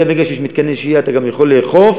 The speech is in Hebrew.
לכן ברגע שיש מתקני שהייה אתה גם יכול לאכוף,